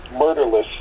murderless